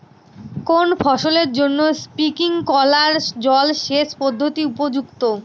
কোন ফসলের জন্য স্প্রিংকলার জলসেচ পদ্ধতি উপযুক্ত?